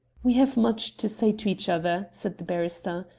we have much to say to each other, said the barrister.